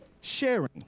sharing